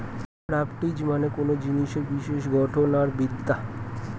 properties মানে কোনো জিনিসের বিশিষ্ট গঠন আর বিদ্যা